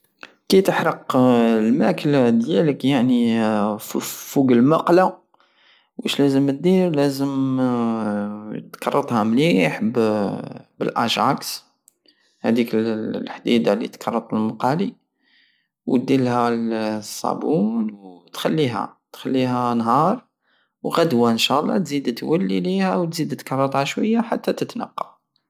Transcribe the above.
كيتحرق الماكلة ديالك يعني فو- فوق المقلاة وشلازم الدير لازم تكرطها مليح بالاجاكس هاديك لحديدة لي تكرط لمقالي وديرلها الصابون وتخليها تخليها نهار وغدوة نشالله تزيد تولي ليها وتزيد تكرطها شوية حتى تتنقى